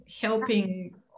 helping